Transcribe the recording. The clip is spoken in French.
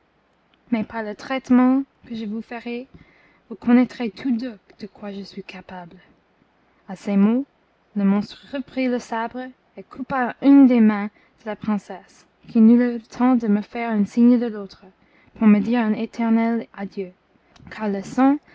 mais par le traitement que je vous ferai vous connaîtrez tous deux de quoi je suis capable à ces mots le monstre reprit le sabre et coupa une des mains de la princesse qui n'eut que le temps de me faire un signe de l'autre pour me dire un éternel adieu car le sang